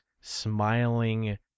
smiling